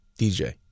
DJ